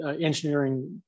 engineering